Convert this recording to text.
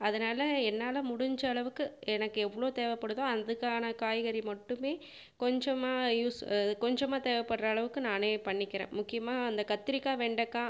அதனால் என்னால் முடிஞ்சளவுக்கு எனக்கு எவ்வளோ தேவைப்படுதோ அதுக்கான காய்கறி மட்டுமே கொஞ்சமாக யூஸ் கொஞ்சமாக தேவைப்பட்ற அளவுக்கு நானே பண்ணிக்கிறேன் முக்கியமாக அந்த கத்திரிக்காய் வெண்டக்காய்